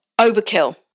Overkill